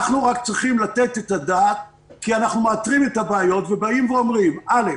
אנחנו רק צריכים לתת את הדעת כי אנחנו מאתרים את הבעיות ואומרים: א',